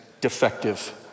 defective